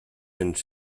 cents